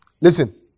Listen